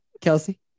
Kelsey